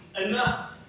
enough